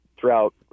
Throughout